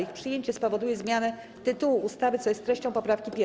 Ich przyjęcie spowoduje zmianę tytułu ustawy, co jest treścią poprawki 1.